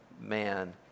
man